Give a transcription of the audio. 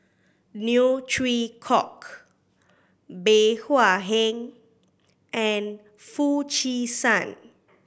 Neo Chwee Kok Bey Hua Heng and Foo Chee San